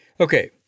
Okay